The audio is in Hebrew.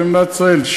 של מדינת ישראל,